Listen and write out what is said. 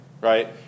right